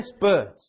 birds